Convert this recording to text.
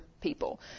people